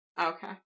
Okay